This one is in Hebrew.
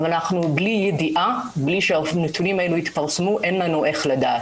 אבל בלי שהנתונים האלה התפרסמנו אין לנו איך לדעת.